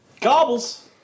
Gobbles